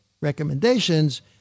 recommendations